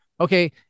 Okay